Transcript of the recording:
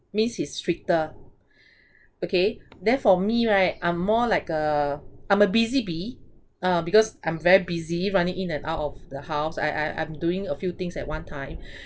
means he's stricter okay therefore me right I'm more like a I'm a busy bee uh because I'm very busy running in and out of the house I I I'm doing a few things at one time